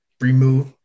Remove